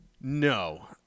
No